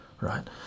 right